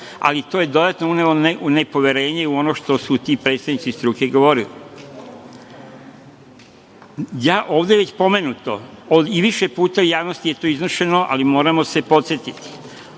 ali to je dodatno unelo nepoverenje u ono što su ti predstavnici struke govorili. Ovde je već pomenuto i više puta javnosti je to izrečeno, ali moramo se podsetiti,